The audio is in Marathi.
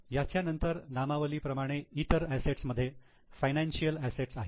याच्या नंतर नामावली प्रमाणे इतर असेट्स मध्ये फायनान्शियल असेट्स आहेत